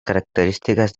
característiques